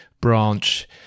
branch